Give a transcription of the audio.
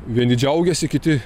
vieni džiaugiasi kiti